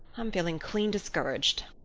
i'm feeling clean discouraged.